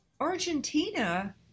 Argentina